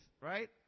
right